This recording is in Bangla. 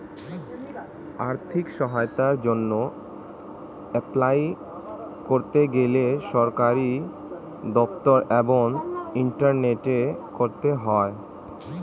আর্থিক সহায়তার জন্যে এপলাই করতে গেলে সরকারি দপ্তর এবং ইন্টারনেটে করতে হয়